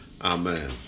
amen